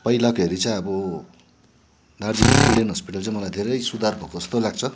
पहिला फेरि चाहिँ अब दार्जिलिङ इडेन हस्पिटल चाहिँ मलाई धेरै सुधार भएको जस्तो लाग्छ